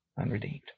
unredeemed